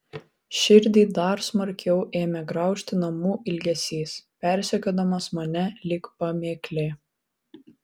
širdį dar smarkiau ėmė graužti namų ilgesys persekiodamas mane lyg pamėklė